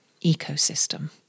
ecosystem